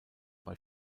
bei